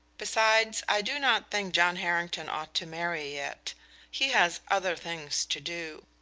besides, i do not think john harrington ought to marry yet he has other things to do.